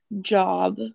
job